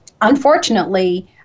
unfortunately